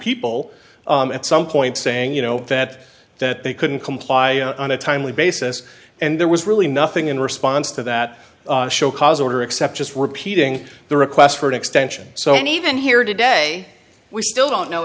people at some point saying you know that that they couldn't comply on a timely basis and there was really nothing in response to that show cause order except just repeating the request for an extension so even here today we still don't know